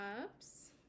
Cups